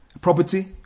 property